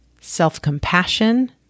self-compassion